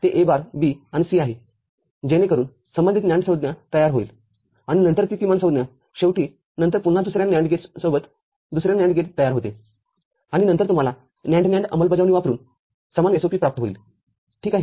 ते A bar B आणि C आहेजेणेकरून संबंधित NAND संज्ञा तयार होईल आणि नंतर ती किमान संज्ञा शेवटीनंतर पुन्हा दुसऱ्या NAND गेटसोबतदुसरे NAND गेट तयार होते आणि नंतर तुम्हाला NAND NAND अंमलबजावणी वापरून समान SOP प्राप्त होईल ठीक आहे